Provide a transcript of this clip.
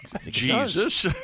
Jesus